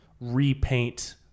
repaint